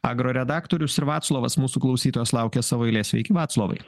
agro redaktorius ir vaclovas mūsų klausytojas laukia savo eilės sveiki vaclovai